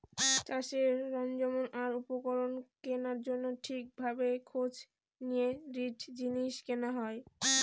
চাষের সরঞ্জাম আর উপকরণ কেনার জন্য ঠিক ভাবে খোঁজ নিয়ে দৃঢ় জিনিস কেনা হয়